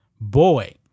Boy